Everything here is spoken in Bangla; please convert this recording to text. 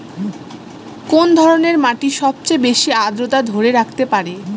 কোন ধরনের মাটি সবচেয়ে বেশি আর্দ্রতা ধরে রাখতে পারে?